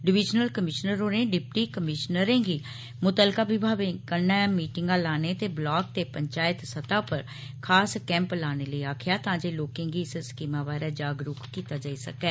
divisional commissioner होरें deputy कमीशनरें गी म्त्तलका विभागें कन्नै मीटिंगा लाने ते ब्लाक ते पंचायत सतह उप्पर खास कैम्प लाने लेई आक्खेया तां जे लोकें गी इस स्कीम बारै जागरुक कीता जाई सकै